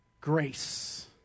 grace